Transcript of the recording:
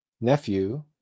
nephew